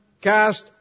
cast